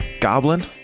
goblin